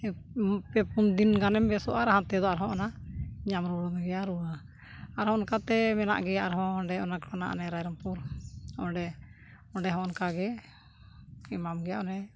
ᱯᱮᱼᱯᱩᱱ ᱫᱤᱱ ᱜᱟᱱᱮᱢ ᱵᱮᱥᱚᱜᱼᱟ ᱦᱟᱱᱛᱮ ᱫᱚ ᱟᱨᱦᱚᱸ ᱚᱱᱟ ᱧᱟᱢ ᱨᱩᱣᱟᱹᱲ ᱢᱮ ᱜᱮᱭᱟ ᱨᱩᱣᱟᱹ ᱟᱨᱦᱚᱸ ᱚᱱᱠᱟᱛᱮ ᱢᱮᱱᱟᱜ ᱜᱮᱭᱟ ᱟᱨᱦᱚᱸ ᱚᱸᱰᱮ ᱚᱱᱟ ᱠᱷᱚᱱᱟᱜ ᱚᱱᱮ ᱨᱟᱭᱨᱟᱝᱯᱩᱨ ᱚᱸᱰᱮ ᱚᱸᱰᱮ ᱦᱚᱸ ᱚᱱᱠᱟ ᱜᱮ ᱮᱢᱟᱢ ᱜᱮᱭᱟ ᱚᱱᱮ